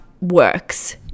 works